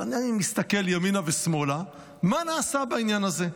אז אני מסתכל ימינה ושמאלה: מה נעשה בעניין הזה?